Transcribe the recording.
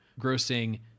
grossing